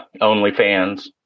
OnlyFans